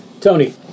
Tony